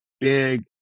big